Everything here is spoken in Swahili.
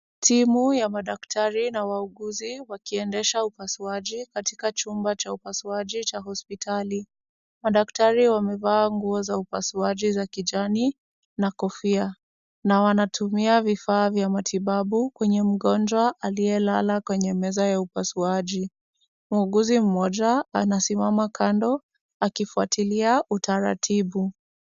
Timu ya madaktari na wauguzi wakiendesha upasuaji katika Chumba Cha upasuaji cha hospitali. Madaktari wamevaa nguo za upasuaji za kijani na kofia na wanatumia vifaa vya matibabu kwenye mgonjwa aliyelala kwenye meza ya upasuaji. Muuguzi mmoja anasimama kando akifuatilia kwa utaritibu.